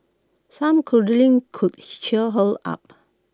some cuddling could cheer her up